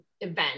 event